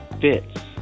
fits